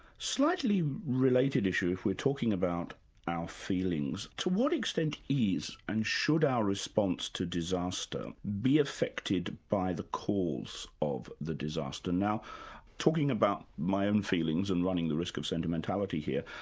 slightly related issue if we're talking about our feelings to what extent is and should our response to disaster be affected by the cause of the disaster? now talking about my own feelings and running the risk of sentimentality here,